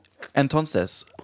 Entonces